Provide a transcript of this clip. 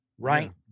Right